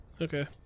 Okay